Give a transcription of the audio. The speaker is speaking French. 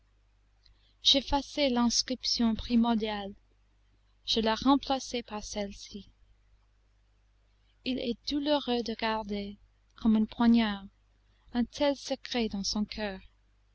j'effaçai l'inscription primordiale je la remplaçai par celle-ci il est douloureux de garder comme un poignard un tel secret dans son coeur